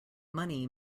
money